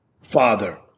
father